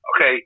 okay